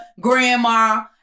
grandma